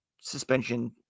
suspension